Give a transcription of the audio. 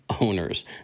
owners